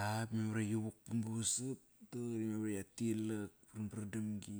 A ba memar ive yi vukpam ba vasat da qari ya tilak varvar damgi.